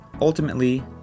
Ultimately